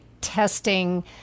testing